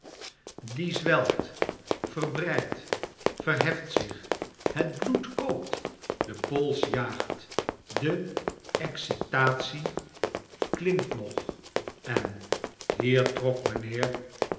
die zwelt verbreidt verheft zichj het bloed kookt de pols jaagt de excitatie klimt nog en hier trok mijnheer